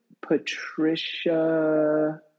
Patricia